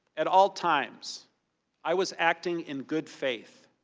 at all times i was acting in good faith.